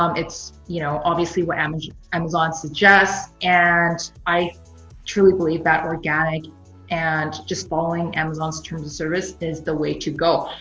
um it's you know obviously what amazon amazon suggests and i truly believe that organic and just following amazon's terms of service is the way to go.